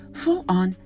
full-on